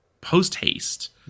post-haste